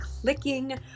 clicking